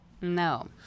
No